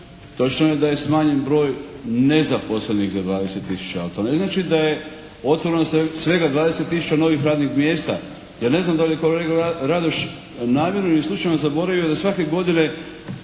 Točno je da je smanjen broj nezaposlenih za 20 tisuća, ali to ne znači da je otvoreno svega 20 tisuća novih radnih mjesta. Ja ne znam da li je kolega Radoš namjerno ili slučajno zaboravio da svake godine